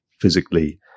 physically